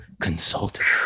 consultant